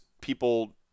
people